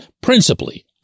Principally